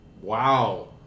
Wow